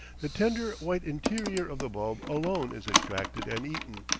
the tender, white interior of the bulb alone is extracted and eaten,